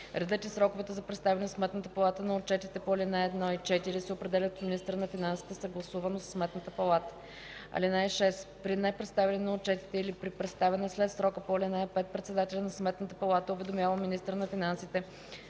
Редът и сроковете за представяне в Сметната палата на отчетите по ал. 1 и 4 се определят от министъра на финансите, съгласувано със Сметната палата. (6) При непредставяне на отчетите или при представяне след срока по ал. 5 председателят на Сметната палата уведомява министъра на финансите